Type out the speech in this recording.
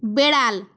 বেড়াল